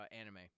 anime